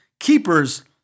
Keepers